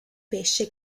pesce